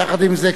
יחד עם זאת,